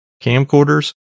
camcorders